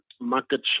market